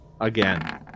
again